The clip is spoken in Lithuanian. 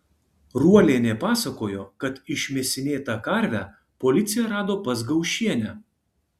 ruolienė pasakojo kad išmėsinėtą karvę policija rado pas gaušienę